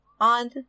on